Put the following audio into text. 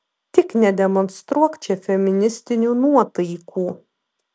tik nedemonstruok čia feministinių nuotaikų